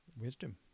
Wisdom